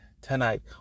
tonight